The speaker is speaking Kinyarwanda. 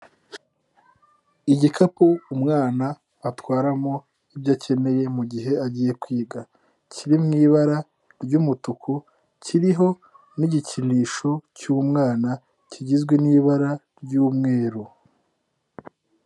Igikapu umwana atwaramo ibyo akeneye mu gihe agiye kwiga. Kiri mu ibara ry'umutuku, kiriho n'igikinisho cy'umwana, kigizwe n'ibara ry'umweru.